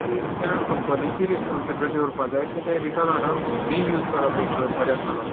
त्या कंपनिची रिस्पोन्सिबिलिटी उरपाक जाय की ते रिटर्न हाडप रियूज करप एक तर बेश्ट जाल्यार